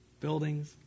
buildings